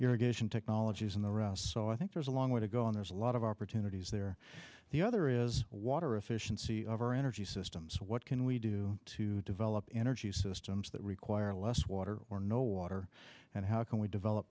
irrigation technologies and the rest so i think there's a long way to go and there's a lot of opportunities there the other is water efficiency of our energy systems what can we do to develop energy systems that require less water or no water and how can we develop